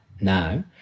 now